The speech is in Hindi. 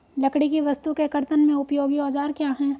लकड़ी की वस्तु के कर्तन में उपयोगी औजार क्या हैं?